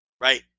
right